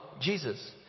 Jesus